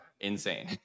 insane